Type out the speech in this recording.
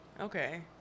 Okay